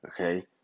Okay